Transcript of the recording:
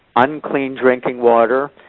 unclean drinking water.